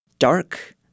Dark